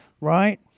right